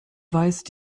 weist